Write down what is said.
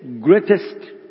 greatest